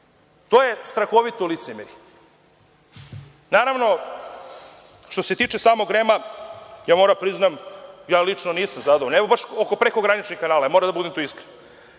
To je strahovito licemerje. Naravno, što se tiče samog REM-a, moram da priznam, ja lično nisam zadovoljan, evo, baš oko prekograničnih kanala, moram da budem tu iskren.